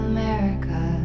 America